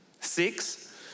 Six